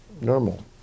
Normal